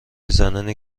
زنانی